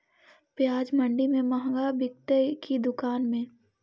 प्याज मंडि में मँहगा बिकते कि दुकान में?